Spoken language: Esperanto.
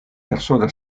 persona